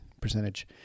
percentage